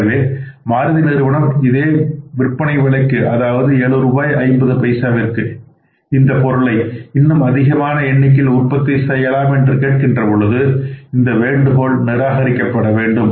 எனவே மாருதி நிறுவனம் இதே விற்பனை விலைக்கு அதாவது ஏழு ரூபாய் ஐம்பது பைசாவிற்கு இந்த பொருளை இன்னும் அதிகமான எண்ணிக்கையில் உற்பத்தி செய்யலாம் என்று கேட்கின்ற பொழுது இந்த வேண்டுகோள் நிராகரிக்கப்பட வேண்டும்